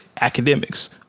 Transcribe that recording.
academics